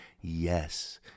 yes